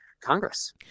Congress